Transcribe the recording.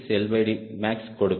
866max கொடுக்கும்